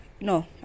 No